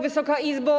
Wysoka Izbo!